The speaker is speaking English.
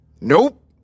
Nope